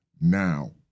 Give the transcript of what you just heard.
Now